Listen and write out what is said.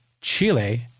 Chile